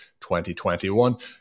2021